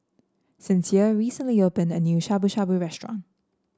Sincere recently opened a new Shabu Shabu Restaurant